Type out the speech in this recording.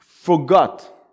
Forgot